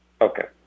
Okay